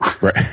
right